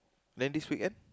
then this weekend